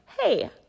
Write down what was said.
hey